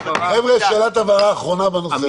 חבר'ה, שאלת הבהרה אחרונה בנושא.